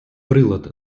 прилад